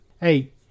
Hey